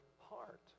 heart